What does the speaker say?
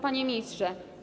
Panie Ministrze!